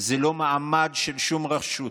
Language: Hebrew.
זה לא מעמד של שום רשות,